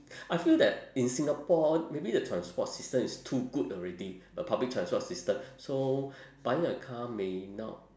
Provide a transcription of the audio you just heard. I feel that in singapore maybe the transport system is too good already the public transport system so buying a car may not